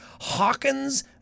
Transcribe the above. Hawkins